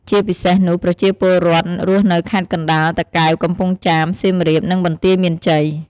ជាពិសេសនោះប្រជាពលរដ្ឋរស់នៅខេត្តកណ្តាល តាកែវ កំពង់ចាម សៀមរាប និងបន្ទាយមានជ័យ។